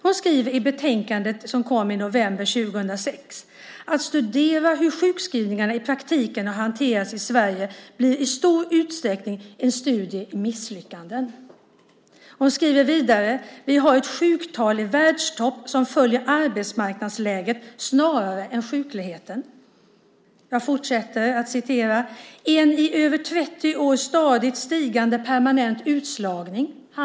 Hon skriver i betänkandet som kom i november 2006: "Att studera hur sjukskrivningar i praktiken har hanterats i Sverige blir i stor utsträckning en studie i misslyckanden." Hon skriver vidare att vi har "ett sjuktal i världstoppen som följer arbetsmarknadsläget snarare än sjukligheten och en i över trettio år stadigt stigande permanent utslagning".